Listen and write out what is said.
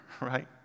right